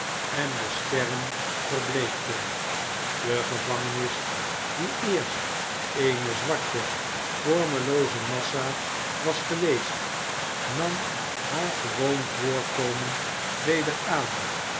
en de sterren verbleekten de gevangenis die eerst eene zwarte vormlooze massa was geweest nam haar gewoon voorkomen weder aan